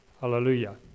Hallelujah